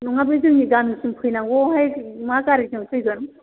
नङा बे जोंनि गामिसिम फैनांगौ आवहाय मा गारिजों फैगोन